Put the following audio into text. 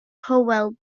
hywel